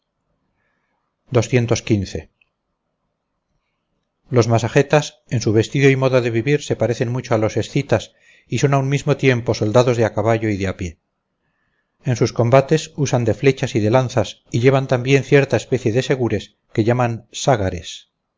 los masagetas en su vestido y modo de vivir se parecen mucho a los escitas y son a un mismo tiempo soldados de a caballo y de a pie en sus combates usan de flechas y de lanzas y llevan también cierta especie de segures que llaman ságares